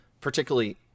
particularly